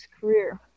career